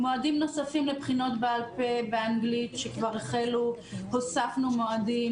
מועדים נוספים לבחינות בעל פה באנגלית שכבר החלו הוספנו מועדים,